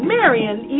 Marion